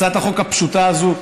הצעת החוק הפשוטה הזאת,